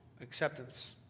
acceptance